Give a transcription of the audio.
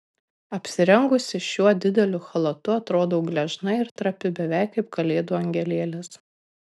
apsirengusi šiuo dideliu chalatu atrodau gležna ir trapi beveik kaip kalėdų angelėlis